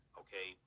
okay